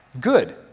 good